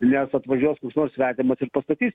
nes atvažiuos koks nors svetimas ir pastatys